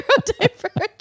neurodivergent